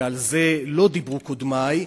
ועל זה לא דיברו קודמי,